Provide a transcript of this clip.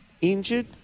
injured